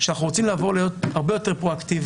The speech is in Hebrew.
שאנחנו רוצים לעבור להיות הרבה יותר פרואקטיביים